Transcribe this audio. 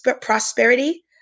prosperity